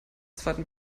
zweiten